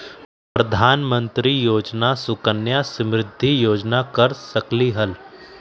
प्रधानमंत्री योजना सुकन्या समृद्धि योजना कर सकलीहल?